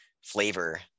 flavor